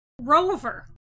rover